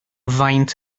faint